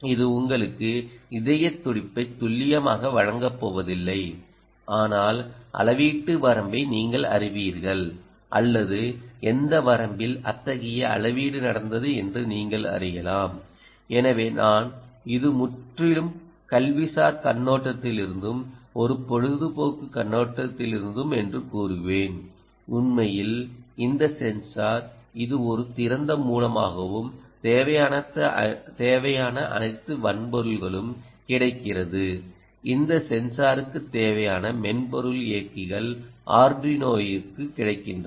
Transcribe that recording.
இது உங்களுக்கு இதயத் துடிப்பை துல்லியமாக வழங்கப் போவதில்லை ஆனால் அளவீட்டு வரம்பை நீங்கள் அறிவீர்கள் அல்லது எந்த வரம்பில் அத்தகைய அளவீடு நடந்தது என்று நீங்கள் அறியலாம் எனவேநான் இது முற்றிலும் கல்விசார் கண்ணோட்டத்திலிருந்தும் ஒரு பொழுதுபோக்கு கண்ணோட்டத்திலிருந்தும் என்று கூறுவேன் உண்மையில் இந்த சென்சார் இது ஒரு திறந்த மூலமாகவும் தேவையான அனைத்து வன்பொருள்களும் கிடைக்கிறது இந்த சென்சாருக்கு தேவையான மென்பொருள் இயக்கிகள் arduino க்கு கிடைக்கின்றன